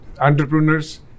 entrepreneurs